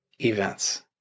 events